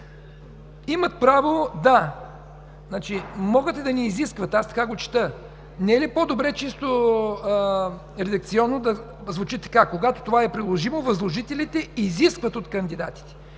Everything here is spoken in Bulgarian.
„Имат право да...” – могат и да не изискват, аз така го чета. Не е ли по-добре чисто редакционно да звучи така: „Когато това е приложимо, възложителите изискват от кандидатите...”?